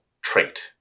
trait